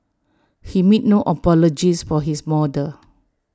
he makes no apologies for his model